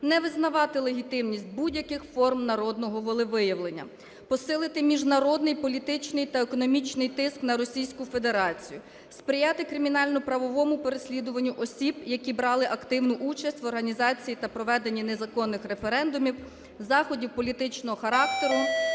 не визнавати легітимність будь-яких форм народного волевиявлення; посилити міжнародний, політичний та економічний тиск на Російську Федерацію; сприяти кримінально-правову переслідуванню осіб, які брали активну участь в організації та проведенні незаконних референдумів, заходів політичного характеру,